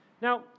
Now